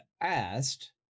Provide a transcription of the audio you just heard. asked